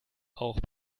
auch